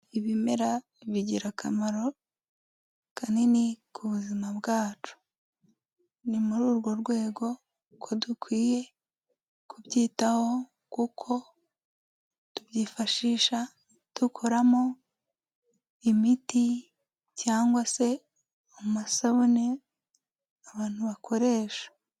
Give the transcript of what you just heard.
Ibimera bigira akamaro kanini ku buzima bwacu, ni muri urwo rwego ko dukwiye kubyitaho kuko tubyifashisha dukoramo imiti cyangwa se amasabune abantu bakoresha.